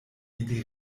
ili